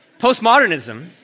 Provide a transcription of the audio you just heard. Postmodernism